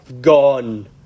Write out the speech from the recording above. Gone